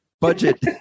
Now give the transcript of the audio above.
budget